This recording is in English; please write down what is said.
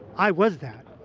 i was that.